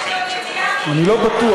אני לא בטוח.